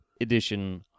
edition